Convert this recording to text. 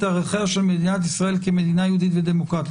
ערכיה של מדינת ישראל כמדינה יהודית ודמוקרטית".